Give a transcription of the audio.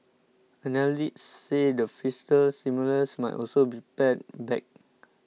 analysts say the fiscal stimulus might also be pared back